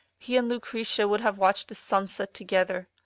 he and lucretia would have watched the sunset together.